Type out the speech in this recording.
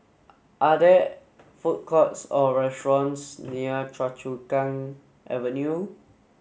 are there food courts or restaurants near Choa Chu Kang Avenue